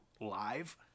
live